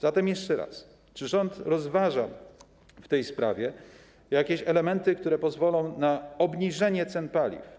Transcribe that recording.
Zatem pytam jeszcze raz: Czy rząd rozważa w tej sprawie jakieś elementy, które pozwolą na obniżenie cen paliw?